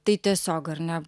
tai tiesiog ar ne